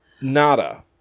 nada